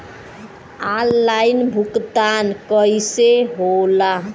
Online भुगतान कईसे होला?